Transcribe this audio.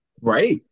Right